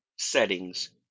settings